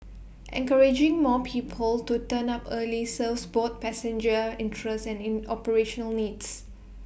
encouraging more people to turn up early serves both passenger interests and operational needs